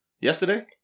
yesterday